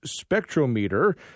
spectrometer